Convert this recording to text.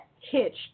Hitched